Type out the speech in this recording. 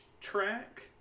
track